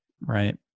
Right